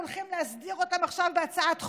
הולכים להסדיר אותם עכשיו בהצעת חוק,